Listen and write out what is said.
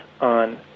on